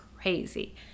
crazy